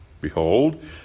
behold